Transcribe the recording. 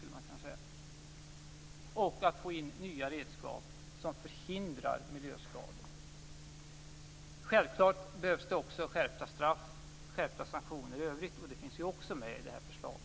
Vi får också in nya redskap som förhindrar miljöskador. Självklart behövs det också skärpta straff och skärpta sanktioner i övrigt. Det finns också med i det här förslaget.